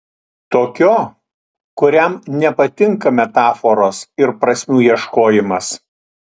tokio kuriam nepatinka metaforos ir prasmių ieškojimas